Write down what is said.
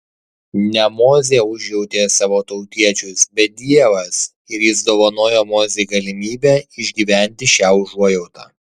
ne mozė užjautė savo tautiečius bet dievas ir jis dovanoja mozei galimybę išgyventi šią užuojautą